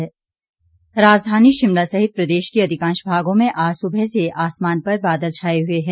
मौसम राजधानी शिमला सहित प्रदेश के अधिकांश भागों में आज सुबह से आसमान पर बादल छाए हुए हैं